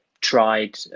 tried